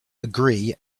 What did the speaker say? agree